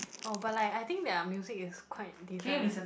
oh but like I think their music is quite decent leh